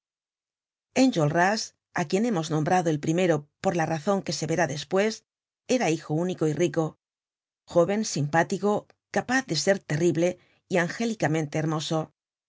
aventura trágica enjolras á quien hemos nombrado el primero por la razon que se verá despues era hijo único y rico jóven simpático capaz de ser terrible y angélicamente hermoso